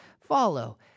follow